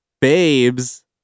Babes